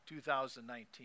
2019